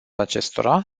acestora